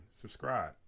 Subscribe